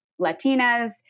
Latinas